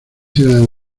ciudades